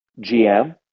GM